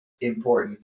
important